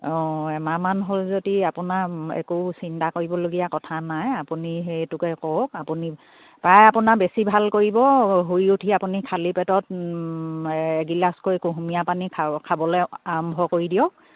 অঁ এমাহমান হ'ল যদি আপোনাৰ একো চিন্তা কৰিবলগীয়া কথা নাই আপুনি সেইটোকে কৰক আপুনি প্ৰায় আপোনাৰ বেছি ভাল কৰিব শুই উঠি আপুনি খালি পেটত এগিলাচকৈ কুহুমীয়া পানী খাবলে আৰম্ভ কৰি দিয়ক